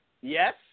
Yes